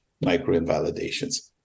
micro-invalidations